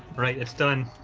right, it's done